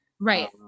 Right